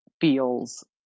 feels